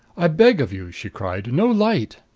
i beg of you, she cried, no light!